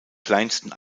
kleinsten